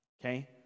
Okay